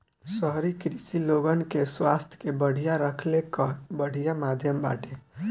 शहरी कृषि लोगन के स्वास्थ्य के बढ़िया रखले कअ बढ़िया माध्यम बाटे